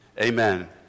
Amen